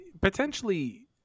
potentially